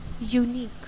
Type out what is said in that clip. unique